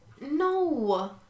No